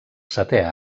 setè